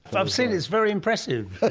i've seen it, it's very impressive.